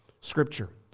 scripture